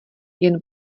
jen